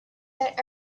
that